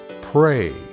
Pray